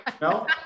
no